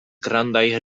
grandaj